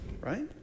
right